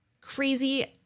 crazy